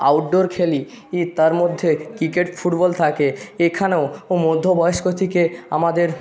outdoor খেলি তার মধ্যে ক্রিকেট ফুটবল থাকে এখানেও ও মধ্যবয়স্ক থিকে আমাদের